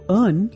earn